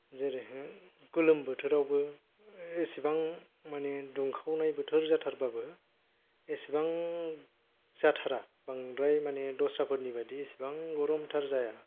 जेरैहाय गोलोम बोथोरावबो एसेबां माने दुंखावनाय बोथोर जाथारबाबो एसेबां जाथारा बांद्राय माने दस्राफोरनि बायदि इसेबां गरमथार जाया